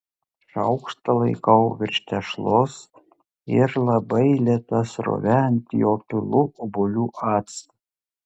šaukštą laikau virš tešlos ir labai lėta srove ant jo pilu obuolių actą